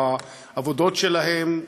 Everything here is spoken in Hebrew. בעבודות שלהם,